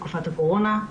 בתקופת הקורונה.